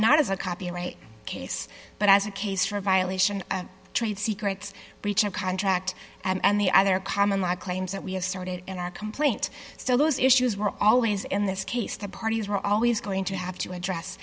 not as a copyright case but as a case for violation of trade secrets breach of contract and the other common law claims that we have started in our complaint so those issues were always in this case the parties were always going to have to address